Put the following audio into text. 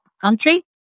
country